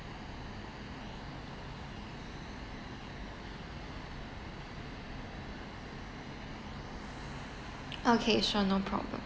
okay sure no problem